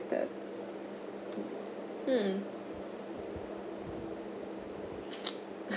hmm